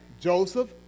Joseph